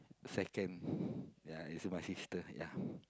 second yeah is my sister yeah